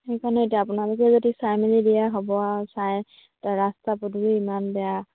সেইকাৰণে এতিয়া আপোনালোকে যদি চাই মেলি দিয়ে হ'ব আৰু চাই ৰাস্তা পদূলি ইমান বেয়া